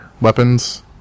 weapons